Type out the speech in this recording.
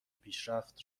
پیشرفت